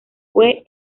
fue